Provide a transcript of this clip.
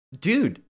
dude